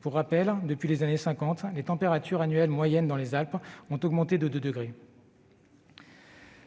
Pour rappel, depuis les années cinquante, les températures annuelles moyennes dans les Alpes ont augmenté de deux degrés.